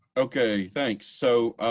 okay, thanks. so,